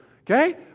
Okay